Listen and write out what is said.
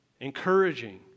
encouraging